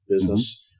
business